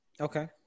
Okay